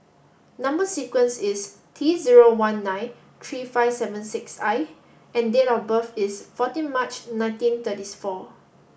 number sequence is T zero one nine three five seven six I and date of birth is fourteen March nineteen thirty four